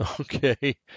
Okay